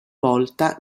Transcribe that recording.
volta